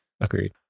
Agreed